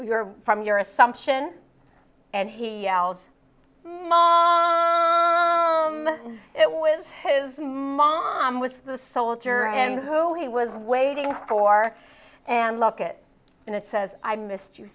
from your assumption and he mall it was his mom was the soldier and who he was waiting for and locket and it says i missed you